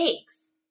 eggs